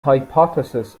hypothesis